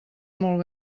molt